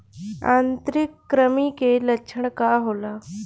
आंतरिक कृमि के लक्षण का होला?